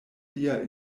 lia